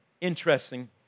Interesting